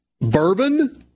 bourbon